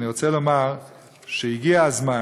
אני רוצה לומר שהגיע הזמן,